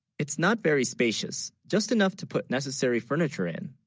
it's not very spacious just enough to put necessary furniture in